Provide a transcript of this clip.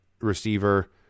receiver